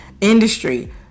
industry